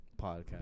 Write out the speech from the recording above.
podcast